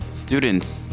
Students